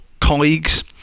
colleagues